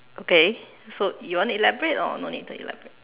okay so you want to elaborate or no need to elaborate